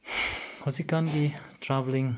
ꯍꯧꯖꯤꯛꯀꯥꯟꯒꯤ ꯇ꯭ꯔꯥꯕꯦꯜꯂꯤꯡ